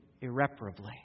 irreparably